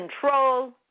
Control